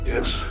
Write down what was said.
Yes